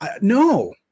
no